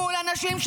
מול אנשים,